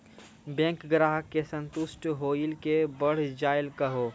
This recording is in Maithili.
बैंक ग्राहक के संतुष्ट होयिल के बढ़ जायल कहो?